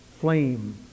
flame